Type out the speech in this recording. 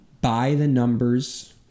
by-the-numbers